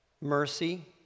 mercy